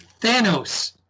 Thanos